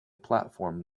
platform